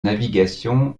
navigation